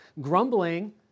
Grumbling